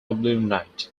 knight